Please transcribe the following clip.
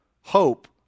hope